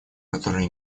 которые